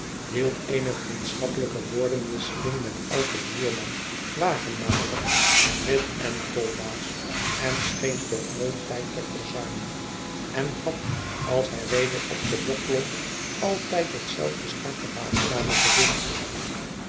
hield eene vriendschappelijke woordenwisseling met eiken voerman wagenmaker smid en tolbaas en scheen toch nooit tijd te verzuimen en had als hij weder op den bok klom altijd hetzelfde strakke waakzame gezicht